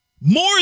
more